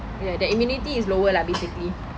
ya the immunity is lower lah basically